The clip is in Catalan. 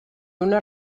una